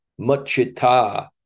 machita